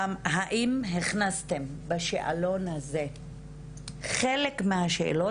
האם הכנסתם בשאלון הזה חלק מהשאלות